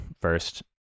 first